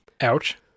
ouch